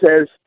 says